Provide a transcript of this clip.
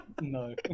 No